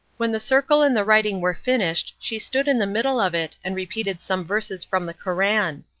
when the circle and the writing were finished she stood in the middle of it and repeated some verses from the koran.